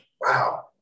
Wow